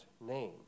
name